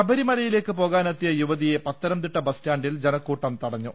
ശബരമിലയിലേക്ക് പോകാനെത്തിയ യുവതിയെ പത്തനംതിട്ട ബസ്റ്റാന്റിൽ ജനക്കൂട്ടം തടഞ്ഞു